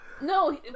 No